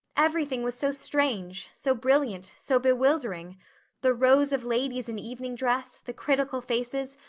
everything was so strange, so brilliant, so bewildering the rows of ladies in evening dress, the critical faces,